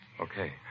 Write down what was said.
Okay